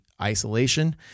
isolation